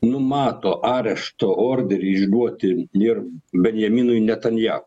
numato arešto orderį išduoti ir benjaminui netanja